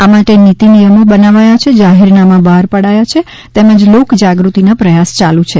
આ માટે નીતિનિયમો બનાવાયા છે જાહેરનામા બહાર પાડયા છે તેમજ લોકજાગૃતિના પ્રયાસ ચાલુ છે